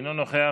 אינו נוכח,